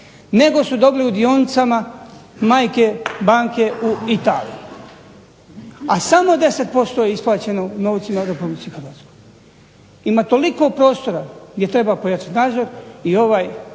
nego su dobili u dionicama majke banke u Italiji. A samo 10% je isplaćeno novcima RH. Ima toliko prostora gdje treba pojačati nadzor i